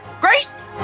Grace